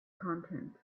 content